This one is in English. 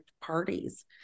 parties